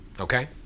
Okay